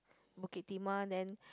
Bukit-Timah then